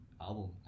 album